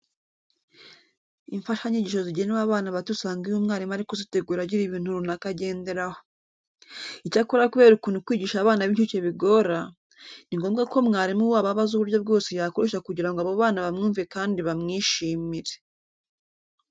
Imfashanyigisho zigenewe abana bato usanga iyo umwarimu ari kuzitegura agira ibintu runaka agenderaho. Icyakora kubera ukuntu kwigisha abana b'incuke bigora, ni ngombwa ko mwarimu wabo aba azi uburyo bwose yakoresha kugira ngo abo bana bamwumve kandi bamwishimire.